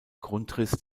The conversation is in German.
grundriss